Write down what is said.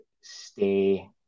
stay